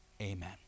Amen